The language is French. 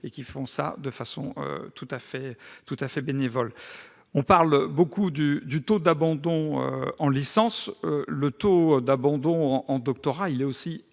travaillent de façon tout à fait bénévole ! On parle beaucoup du taux d'abandon des études en licence. Le taux d'abandon en doctorat est aussi